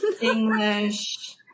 English